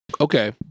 Okay